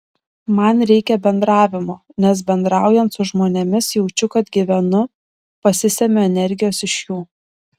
man reikia bendravimo nes bendraujant su žmonėmis jaučiu kad gyvenu pasisemiu energijos iš jų